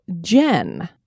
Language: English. Jen